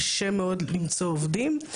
קשה מאוד למצוא עובדים.